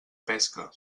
pesca